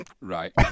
right